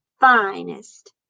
finest